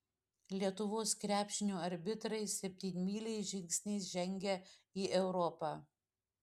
lietuvos krepšinio arbitrai septynmyliais žingsniais žengia į europą